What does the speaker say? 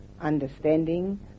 understanding